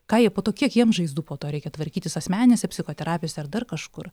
ką jie po to kiek jiem žaizdų po to reikia tvarkytis asmeninėse psichoterapijose ar dar kažkur